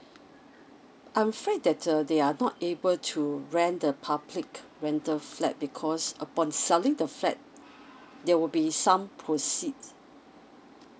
I'm afraid that uh they are not able to rent the public rental flat because upon selling the flat there will be some proceeds